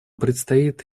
предстоит